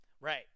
Right